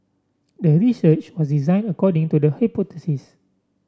the research was designed according to the hypothesis